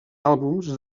àlbums